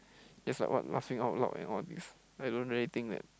it's like what laughing out loud and all this I don't really think that